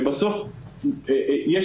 בסוף יש